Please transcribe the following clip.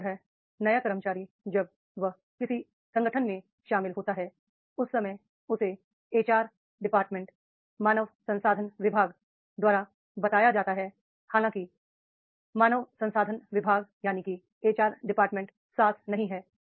इसी तरह नया कर्मचारी जब वह किसी संगठन में शामिल होता है उस समय उसे एचआर विभाग द्वारा बताया जाता है हालांकि मानव संसाधन विभाग सास नहीं है